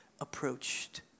approached